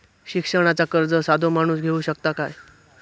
शिक्षणाचा कर्ज साधो माणूस घेऊ शकता काय?